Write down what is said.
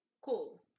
Cool